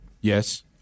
Yes